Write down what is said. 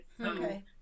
Okay